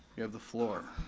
you have the floor.